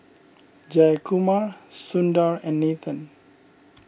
Jayakumar Sundar and Nathan